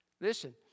Listen